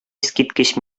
искиткеч